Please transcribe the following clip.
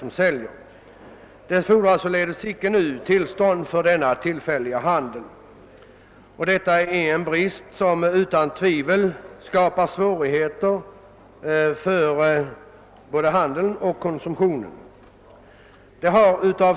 För närvarande fordras icke tillstånd för denna tillfälliga handel. Detta är en brist som utan tvivel skapar svårigheter för både handeln och konsumenterna.